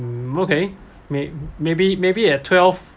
mm okay may maybe maybe at twelve